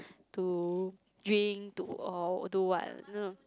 to drink to or do what no